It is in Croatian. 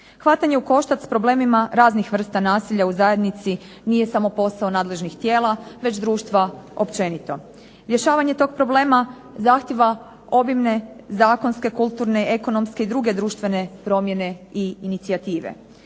Hvatanje u koštac s problemima raznih vrsta nasilja u zajednici nije samo posao nadležnih tijela već društva općenito. Rješavanje tog problema zahtijeva obimne zakonske, kulturne, ekonomske i druge društvene promjene i inicijative.